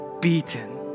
beaten